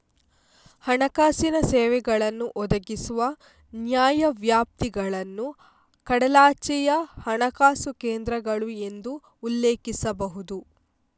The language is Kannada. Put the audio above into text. ಹಣಕಾಸಿನ ಸೇವೆಗಳನ್ನು ಒದಗಿಸುವ ನ್ಯಾಯವ್ಯಾಪ್ತಿಗಳನ್ನು ಕಡಲಾಚೆಯ ಹಣಕಾಸು ಕೇಂದ್ರಗಳು ಎಂದು ಉಲ್ಲೇಖಿಸಬಹುದು